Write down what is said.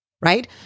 Right